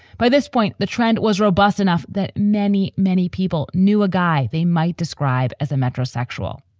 by this point, the trend was robust enough that many, many people knew a guy they might describe as a metrosexual.